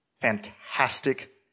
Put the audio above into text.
fantastic